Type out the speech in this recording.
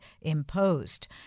imposed